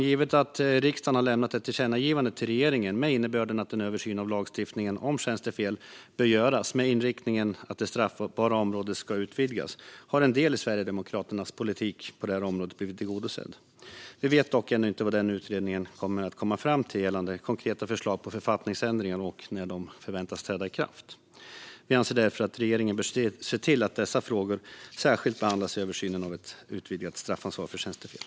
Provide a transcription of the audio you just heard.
Givet att riksdagen har lämnat ett tillkännagivande till regeringen med innebörden att en översyn av lagstiftningen om tjänstefel bör göras med inriktningen att det straffbara området ska utvidgas har en del av Sverigedemokraternas politik på detta område blivit tillgodosedd. Vi vet dock ännu inte vad den utredningen kommer att komma fram till gällande konkreta förslag till författningsändringar eller när dessa kan förväntas träda i kraft. Vi anser därför att regeringen bör se till att dessa frågor särskilt behandlas i översynen av ett utvidgat straffansvar för tjänstefel.